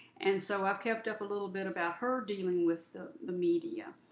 and so i've kept up a little bit about her dealing with the the media.